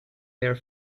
their